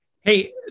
Hey